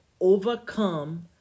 overcome